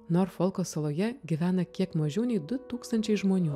norfolko saloje gyvena kiek mažiau nei du tūkstančiai žmonių